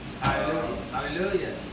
Hallelujah